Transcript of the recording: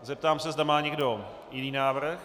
Zeptám se, zda má někdo jiný návrh.